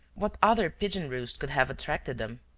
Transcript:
what other pigeon-roost could have attracted them?